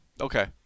Okay